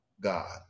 God